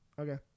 Okay